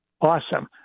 Awesome